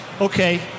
Okay